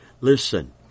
Listen